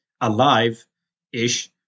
alive-ish